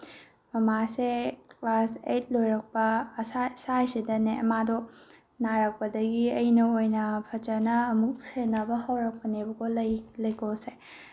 ꯃꯃꯥꯁꯦ class ꯑꯩꯠ ꯂꯣꯏꯔꯛꯄ ꯑꯁ꯭ꯋꯥꯏ ꯁ꯭ꯋꯥꯏꯁꯤꯗꯅꯦ ꯃꯗꯣ ꯅꯔꯛꯄꯗꯒꯤ ꯑꯩꯅ ꯑꯣꯏꯅ ꯐꯖꯅ ꯑꯃꯨꯛ ꯁꯦꯟꯅꯕ ꯍꯧꯔꯛꯄꯅꯦꯕꯀꯣ ꯂꯩ ꯂꯩꯀꯣꯜꯁꯦ